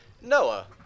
Noah